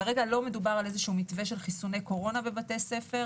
כרגע לא מדובר על איזשהו מתווה של חיסוני קורונה בבתי הספר,